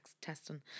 testing